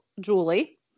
julie